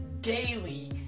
daily